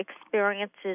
experiences